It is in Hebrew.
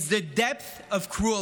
it's the depths of cruelty.